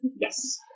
Yes